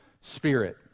spirit